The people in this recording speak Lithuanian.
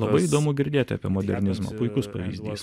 labai įdomu girdėti apie modernizmą puikus pavyzdys